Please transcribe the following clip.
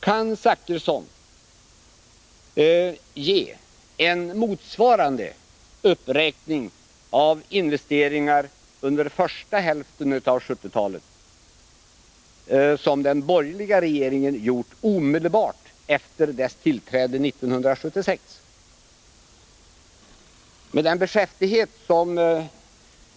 Kan Bertil Zachrisson visa en motsvarande uppräkning av investeringar under första hälften av 1970-talet som den borgerliga regeringen gjorde omedelbart efter sitt tillträde 1976?